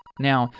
now,